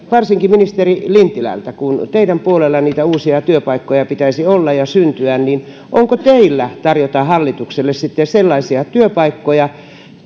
varsinkin ministeri lintilältä kun teidän puolellanne niitä uusia työpaikkoja pitäisi olla ja syntyä onko teillä tarjota hallitukselle sitten sellaisia työpaikkoja